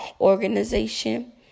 organization